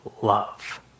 love